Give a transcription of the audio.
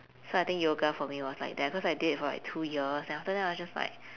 so I think yoga for me was like that cause I did it for like two years and after that I was just like